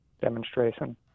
demonstration